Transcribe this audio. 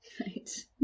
right